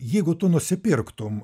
jeigu tu nusipirktum